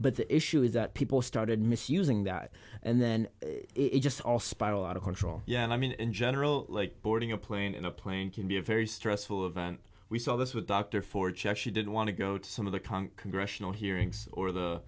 but the issue is that people started misusing that and then it just all spiral out of control yeah i mean in general boarding a plane in a plane can be a very stressful event we saw this with doctor for check she didn't want to go to some of the conch congressional hearings or the